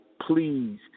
please